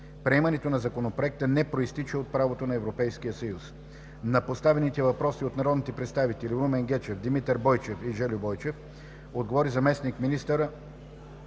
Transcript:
Приемането на Законопроекта не произтича от правото на Европейския съюз. На поставените въпроси от народните представител Румен Гечев, Димитър Бойчев и Жельо Бойчев отговори заместник-министър